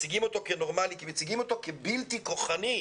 מציגים אותו כנורמלי, כי מציגים אותו כבלתי כוחני.